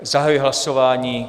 Zahajuji hlasování.